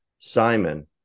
Simon